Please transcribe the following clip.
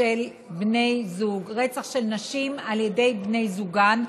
של בני זוג, רצח של נשים על ידי בני זוגן.